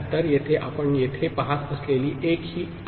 तर येथे आपण येथे पहात असलेली 1 ही आहे